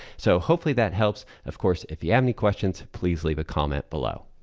so hopefully that helps. of course, if you have any questions please leave a comment below.